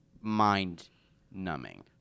mind-numbing